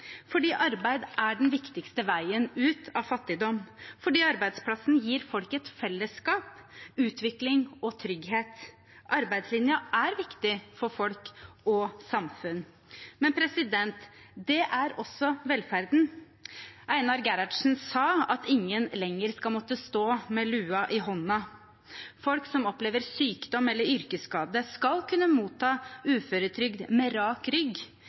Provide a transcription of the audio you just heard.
fordi arbeid er den viktigste veien ut av fattigdom, og fordi arbeidsplassen gir folk et fellesskap, utvikling og trygghet. Arbeidslinjen er viktig for folk og samfunn. Men det er også velferden. Einar Gerhardsen sa at ingen lenger skal måtte stå med lua i hånda. Folk som opplever sykdom eller yrkesskade, skal kunne motta uføretrygd med rak rygg,